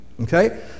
okay